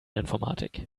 informatik